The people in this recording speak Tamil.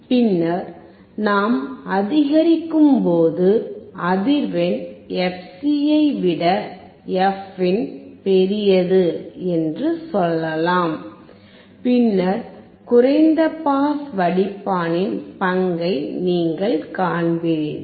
பின்னர் நாம் அதிகரிக்கும் போது அதிர்வெண் fc ஐ விட fin பெரியது என்று சொல்லலாம் பின்னர் குறைந்த பாஸ் வடிப்பானின் பங்கை நீங்கள் காண்பீர்கள்